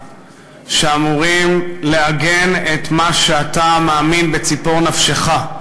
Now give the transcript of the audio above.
שאמורים לעגן את מה שאתה מאמין בו, ציפור נפשך,